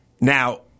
Now